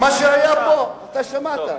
מה שהיה פה, אתה שמעת.